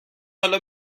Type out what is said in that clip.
حالا